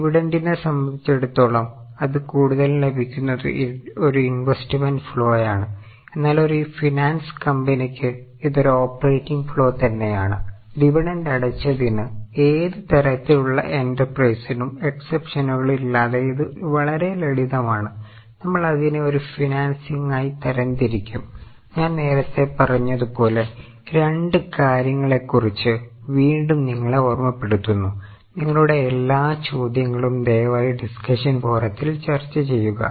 ഡിവിടെൻറ്റിനെ exception ഇല്ലാതെ ഇത് വളരെ ലളിതമാണ് നമ്മൾ അതിനെ ഒരു ഫിനാൻസിംഗായി തരംതിരിക്കും ഞാൻ നേരത്തെ പറഞ്ഞതുപോലെരണ്ട് കാര്യങ്ങളെക്കുറിച്ച് വീണ്ടും നിങ്ങളെ ഓർമ്മപ്പെടുത്തുന്നു നിങ്ങളുടെ എല്ലാ ചോദ്യങ്ങളും ദയവായി ഡിസ്കഷൻ ഫോറത്തിൽ ചർച്ച ചെയ്യുക